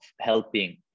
helping